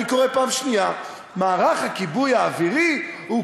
אני קורא פעם שנייה: מערך הכיבוי האווירי הוא